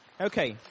Okay